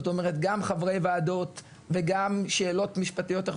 זאת אומרת גם חברי וועדות וגם שאלות משפטיות,